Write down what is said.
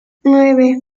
nueve